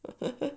(uh huh)